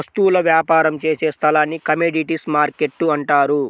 వస్తువుల వ్యాపారం చేసే స్థలాన్ని కమోడీటీస్ మార్కెట్టు అంటారు